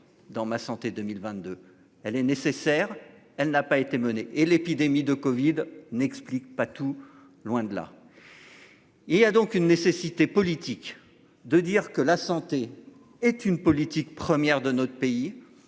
dans ma santé 2022. Elle est nécessaire, elle n'a pas été menée et l'épidémie de Covid n'explique pas tout, loin de là. Il y a donc une nécessité politique de dire que la santé est une politique première de notre pays